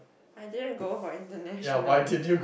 I didn't go for international